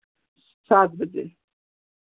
सात बजे